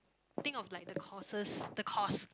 think of like the courses the course